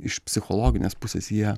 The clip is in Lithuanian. iš psichologinės pusės jie